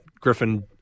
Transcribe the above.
Griffin